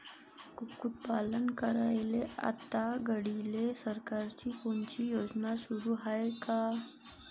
कुक्कुटपालन करायले आता घडीले सरकारची कोनची योजना सुरू हाये का?